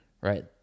right